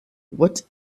what